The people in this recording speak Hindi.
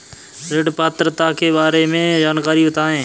ऋण पात्रता के बारे में जानकारी बताएँ?